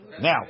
Now